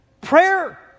Prayer